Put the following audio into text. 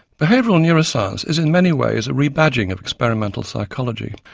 behavioural neuroscience is in many ways a rebadging of experimental psychology,